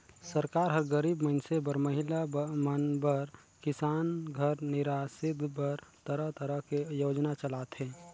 सरकार हर गरीब मइनसे बर, महिला मन बर, किसान घर निरासित बर तरह तरह के योजना चलाथे